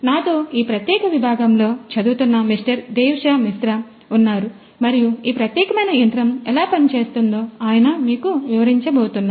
నాతో ఈ ప్రత్యేక విభాగంలో చదువుతున్న మిస్టర్ దేవాశిష్ మిశ్రా ఉన్నారు మరియు ఈ ప్రత్యేకమైన యంత్రం ఎలా పనిచేస్తుందో ఆయన మీకు వివరించబోతున్నారు